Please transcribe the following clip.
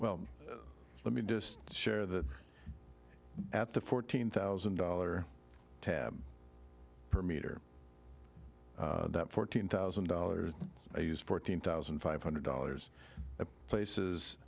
well let me just share the at the fourteen thousand dollar tab per meter that fourteen thousand dollars is fourteen thousand five hundred dollars at places